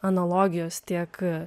analogijos tiek